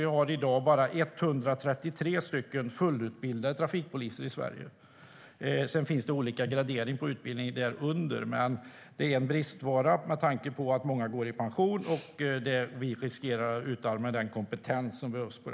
Vi har i dag bara 133 färdigutbildade trafikpoliser i Sverige. Sedan finns det olika gradering på utbildningen därunder, men det är en bristvara med tanke på att många går i pension och vi riskerar att utarma den kompetens som behövs.